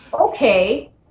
okay